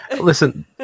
listen